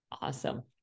Awesome